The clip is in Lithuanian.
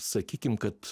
sakykim kad